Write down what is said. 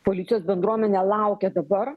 policijos bendruomenė laukia dabar